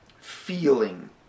feeling